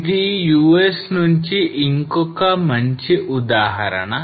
ఇది US నుంచి ఇంకొక ఒక మంచి ఉదాహరణ